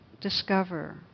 discover